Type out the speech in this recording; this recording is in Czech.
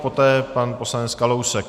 Poté pan poslanec Kalousek.